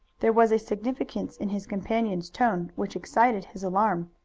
there was a significance in his companion's tone which excited his alarm.